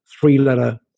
three-letter